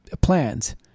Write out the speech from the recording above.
plans